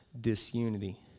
disunity